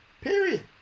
Period